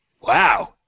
Wow